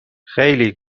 خیلی